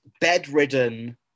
bedridden